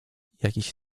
jakiś